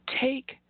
take